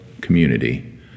community